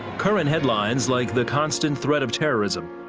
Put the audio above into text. current headlines, like the constant threat of terrorism,